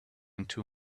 into